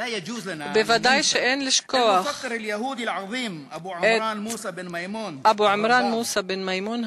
ודאי שאין לשכוח את אבו עמראן מוסא בן מימון,